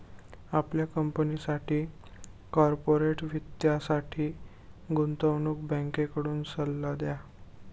आपल्या कंपनीसाठी कॉर्पोरेट वित्तासाठी गुंतवणूक बँकेकडून सल्ला घ्या